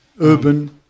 Urban